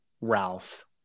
ralph